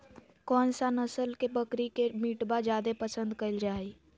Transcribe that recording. कौन सा नस्ल के बकरी के मीटबा जादे पसंद कइल जा हइ?